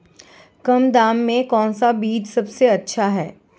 कम दाम में कौन सा बीज सबसे अच्छा है?